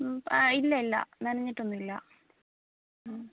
ആ ഇല്ലയില്ല നനഞ്ഞിട്ടൊന്നുവില്ല